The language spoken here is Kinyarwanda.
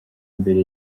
mbere